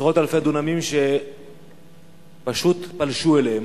עשרות אלפי דונמים שפשוט פלשו אליהם.